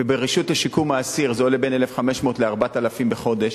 וברשות לשיקום האסיר זה עולה בין 1,500 ל-4,000 בחודש.